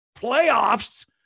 playoffs